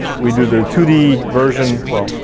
we do the two d version well,